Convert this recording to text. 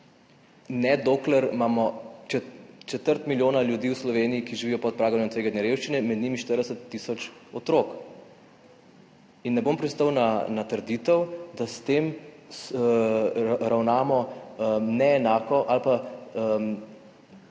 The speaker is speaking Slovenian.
dokler imamo četrt milijona ljudi v Sloveniji, ki živijo pod pragom tveganja revščine in med njimi 40 tisoč otrok. Ne bom pristal na trditev, da s tem ravnamo neenako ali pa